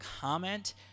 comment